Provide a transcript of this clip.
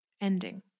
ending